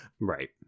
Right